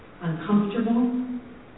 uncomfortable